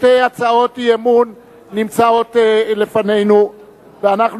שתי הצעות אי-אמון נמצאות בפנינו ואנחנו